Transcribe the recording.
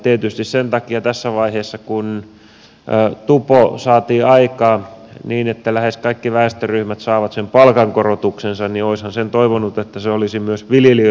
tietysti sen takia tässä vaiheessa kun tupo saatiin aikaan niin että lähes kaikki väestöryhmät saavat sen palkankorotuksensa niin olisihan sen toivonut että se olisi myös viljelijöille tullut